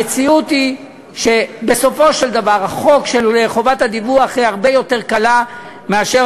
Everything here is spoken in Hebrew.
המציאות היא שבסופו של דבר החוק של חובת הדיווח הרבה יותר קל מאשר